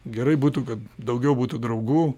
gerai būtų kad daugiau būtų draugų